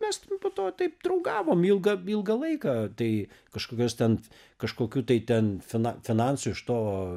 mes nu po to taip draugavom ilgą ilgą laiką tai kažkokios ten kažkokių tai ten fina finansų iš to